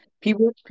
people